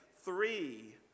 three